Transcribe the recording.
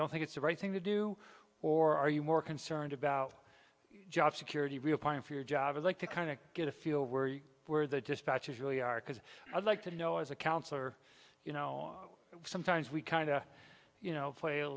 don't think it's the right thing to do or are you more concerned about job security required for your job like the kind of get a few where the dispatches really are because i'd like to know as a counselor you know sometimes we kind of you know play a